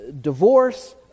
Divorce